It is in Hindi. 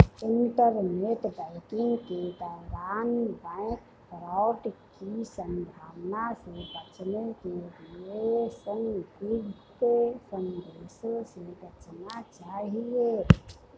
इंटरनेट बैंकिंग के दौरान बैंक फ्रॉड की संभावना से बचने के लिए संदिग्ध संदेशों से बचना चाहिए